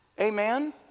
Amen